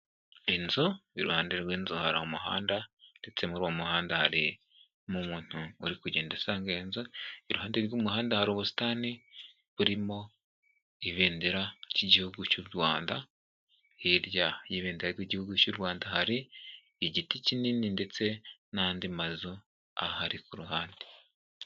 Inzu, iruhande rw'inzu hari umuhanda ndetse muri uwo muhanda hari umuntu uri kugenda asanga iyo inzu, iruhande rw'umuhanda hari ubusitani burimo ibendera ry'igihugu cy'u Rwanda, hirya y'ibendera ryigihugu cy'u Rwanda hari igiti kinini ndetse n'andi mazu ahari ku ruhande.